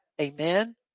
Amen